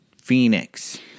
Phoenix